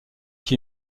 qui